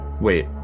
Wait